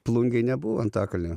plungėj nebuvo antakalnio